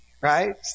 Right